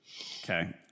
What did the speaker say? Okay